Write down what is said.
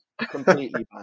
Completely